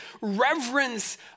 reverence